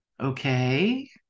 okay